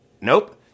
Nope